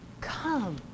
come